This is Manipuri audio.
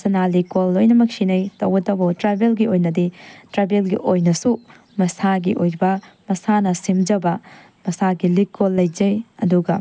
ꯁꯅꯥ ꯂꯤꯛꯀꯣꯜ ꯂꯣꯏꯅꯃꯛ ꯁꯤꯅꯩ ꯇꯧꯕꯇꯕꯨ ꯇꯔꯥꯏꯕꯦꯜꯒꯤ ꯑꯣꯏꯅꯗꯤ ꯇ꯭ꯔꯥꯏꯕꯦꯜꯒꯤ ꯑꯣꯏꯅꯁꯨ ꯃꯁꯥꯒꯤ ꯑꯣꯏꯕ ꯃꯁꯥꯅ ꯁꯦꯝꯖꯕ ꯃꯁꯥꯒꯤ ꯂꯤꯛꯀꯣꯜ ꯂꯩꯖꯩ ꯑꯗꯨꯒ